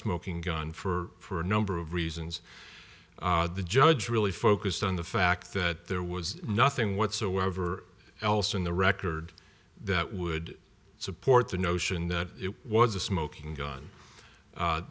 smoking gun for a number of reasons the judge really focused on the fact that there was nothing whatsoever else in the record that would support the notion that it was a smoking gun